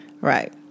Right